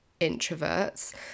introverts